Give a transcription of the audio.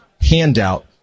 handout